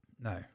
No